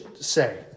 say